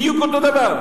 בדיוק אותו דבר,